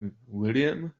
william